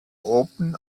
oben